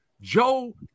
Joe